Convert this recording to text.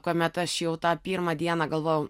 kuomet aš jau tą pirmą dieną galvojau